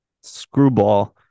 screwball